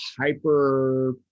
hyper